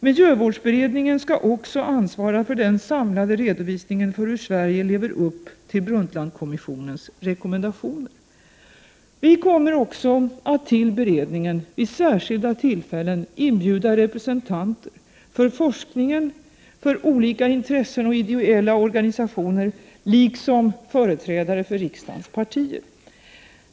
Miljövårdsberedningen skall också ansvara för den samlade redovisningen för hur Sverige lever upp till Brundtlandkommissionens rekommendationer. Vi kommer också att till beredningen vid särskilda tillfällen inbjuda representanter för forskningen, olika intressen och ideella organisationer liksom företrädare för riksdagens partier.